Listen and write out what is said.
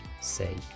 say